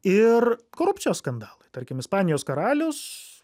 ir korupcijos skandalai tarkim ispanijos karalius